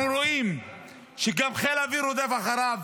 אנחנו רואים שגם חיל האוויר רודף אחריו,